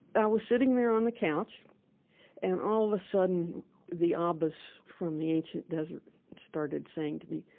i was sitting there on the couch and all of a sudden the um abbas from the ancient desert started saying to me,